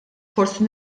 forsi